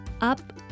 up